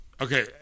okay